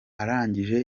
arangije